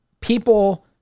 people